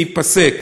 זה ייפסק,